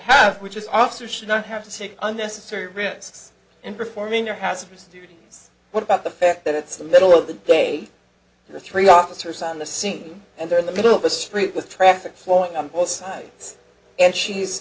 have which is officer should not have to take unnecessary risks and performing there has to be students what about the fact that it's the middle of the day there are three officers on the scene and they're in the middle of a street with traffic flowing on both sides and she's